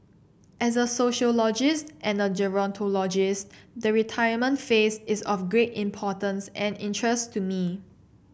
as a sociologist and a gerontologist the retirement phase is of great importance and interest to me